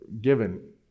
given